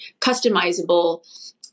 customizable